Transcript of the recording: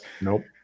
Nope